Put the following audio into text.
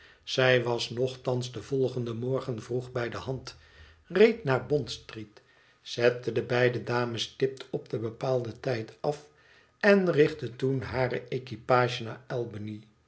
zij was nochtans den volgenden morgen vroeg bij de hand reed naar bond-street zette de beide dames stipt op den bepaalden tijd af en richtte toen hare equipage